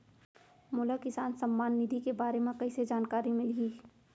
मोला किसान सम्मान निधि के बारे म कइसे जानकारी मिलही?